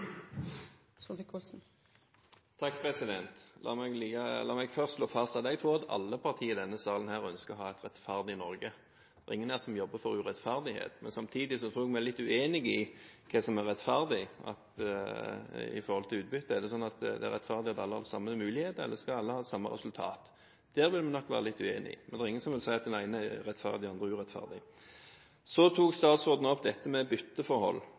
ingen her som jobber for urettferdighet. Men samtidig tror jeg vi er litt uenige om hva som er rettferdig når det gjelder utbytte. Er det rettferdig at alle har den samme mulighet, eller skal alle ha det samme resultat? Der vil vi nok være litt uenige, men det er ingen som vil si at den ene er rettferdig og den andre urettferdig. Statsråden tok opp dette med bytteforhold,